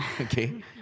Okay